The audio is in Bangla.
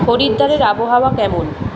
হরিদ্বারের আবহাওয়া কেমন